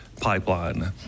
pipeline